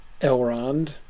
Elrond